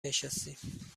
نشستیم